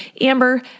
Amber